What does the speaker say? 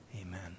amen